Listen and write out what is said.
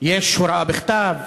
יש הוראה בכתב,